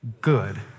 good